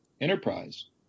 enterprise